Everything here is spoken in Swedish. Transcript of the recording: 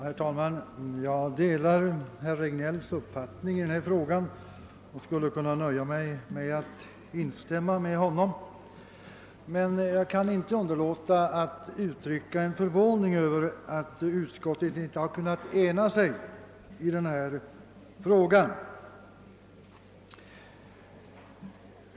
Herr talman! Jag delar herr Regnélls uppfattning i den här frågan och skulle kunna nöja mig med att instämma med honom. Men jag kan inte underlåta att uttrycka min förvåning över att utskottet inte har kunnat ena sig.